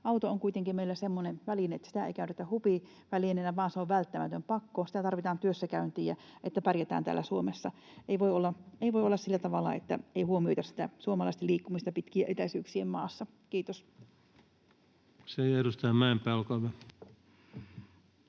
Auto on kuitenkin meillä semmoinen väline, että sitä ei käytetä hupivälineenä, vaan se on välttämätön pakko. Sitä tarvitaan työssäkäyntiin ja että pärjätään täällä Suomessa. Ei voi olla sillä tavalla, että ei huomioida sitä suomalaisten liikkumista pitkien etäisyyksien maassa. — Kiitos. [Speech 13] Speaker: